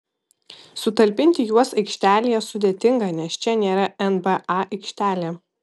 sutalpinti juos aikštelėje sudėtinga nes čia nėra nba aikštelė